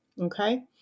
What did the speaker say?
Okay